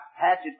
hatchet